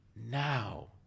Now